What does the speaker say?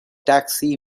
taxi